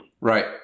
Right